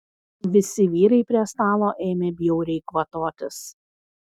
visi vyrai prie stalo ėmė bjauriai kvatotis